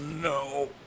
no